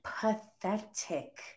Pathetic